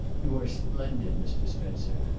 you are splendid, mr. spencer.